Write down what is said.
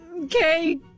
Okay